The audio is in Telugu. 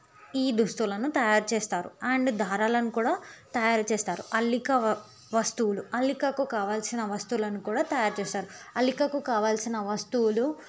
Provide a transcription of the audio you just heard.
ఈ దుస్తులను తయారు చేస్తారు అండ్ దారాలను కూడా తయారు చేస్తారు అల్లిక వస్తువులు అల్లికకు కావలసిన వస్తువులను కూడా తయారు చేస్తారు అల్లికకు కావలసిన వస్తువులు